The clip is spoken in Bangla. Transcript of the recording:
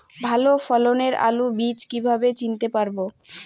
ভালো ফলনের আলু বীজ কীভাবে চিনতে পারবো?